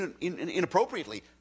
inappropriately